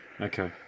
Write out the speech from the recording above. Okay